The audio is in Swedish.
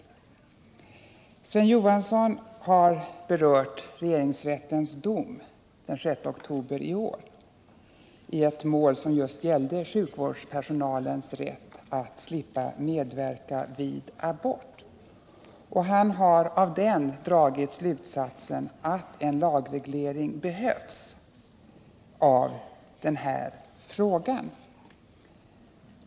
Sven Johansson har berört regeringsrättens dom den 6 oktober i år i ett mål som just gällde sjukvårdspersonals rätt att slippa medverka vid abort. Han har av den dragit slutsatsen att en lagreglering av frågan behövs.